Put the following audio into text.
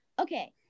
Okay